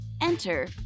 Enter